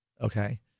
okay